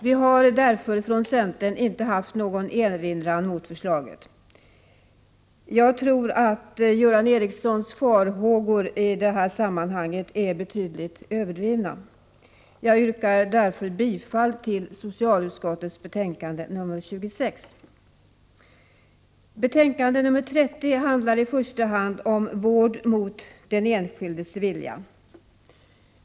Vi har därför från centern inte haft någon erinran mot förslaget — jag tror att Göran Ericssons farhågor i det här sammanhanget är betydligt överdrivna. Jag yrkar därför bifall till socialutskottets hemställan i betänkandet nr 26. Betänkande nr 30 handlar i första hand om vård mot den enskildes vilja.